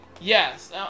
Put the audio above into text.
Yes